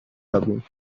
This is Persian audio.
یابیم